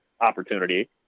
opportunity